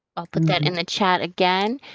i'll put that in the chat again.